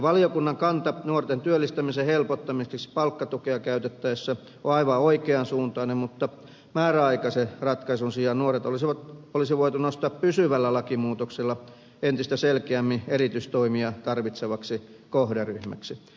valiokunnan kanta nuorten työllistämisen helpottamiseksi palkkatukea käytettäessä on aivan oikean suuntainen mutta määräaikaisen ratkaisun sijaan nuoret olisi voitu nostaa pysyvällä lakimuutoksella entistä selkeämmin erityistoimia tarvitsevaksi kohderyhmäksi